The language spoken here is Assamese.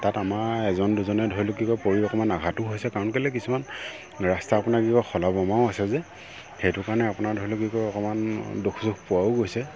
তাত আমাৰ এজন দুজনে ধৰি লওক কি কয় পৰি অকণমান আঘাতো হৈছে কাৰণ কেলৈ কিছুমান ৰাস্তা আপোনাৰ কি কয় খলা বমাও আছে যে সেইটো কাৰণে আপোনাৰ ধৰি লওক কি কয় অক মান দুখ চুখ পোৱাও গৈছে